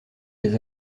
les